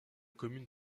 commune